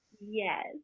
Yes